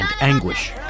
anguish